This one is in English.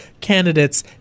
candidates